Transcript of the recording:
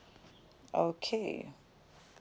okay